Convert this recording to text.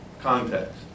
context